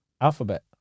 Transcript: Alphabet